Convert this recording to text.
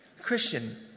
Christian